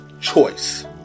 choice